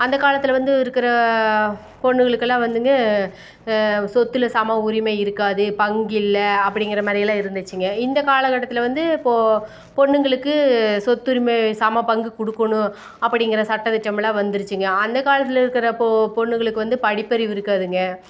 அந்த காலத்தில் வந்து இருக்கிற பொண்ணுகளுக்கெல்லாம் வந்துங்க சொத்தில் சம உரிமை இருக்காது பங்கு இல்லை அப்படிங்கிற மாதிரி எல்லாம் இருந்துச்சுங்க இந்த காலக்கட்டத்தில் வந்து இப்போது பொண்ணுங்களுக்கு சொத்துரிமை சம பங்கு கொடுக்குணும் அப்படிங்கிற சட்ட திட்டமெல்லாம் வந்துருச்சுங்க அந்த காலத்தில் இருக்கிற பொ பொண்ணுங்களுக்கு வந்து படிப்பறிவு இருக்காதுங்க